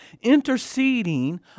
interceding